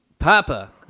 Papa